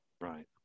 right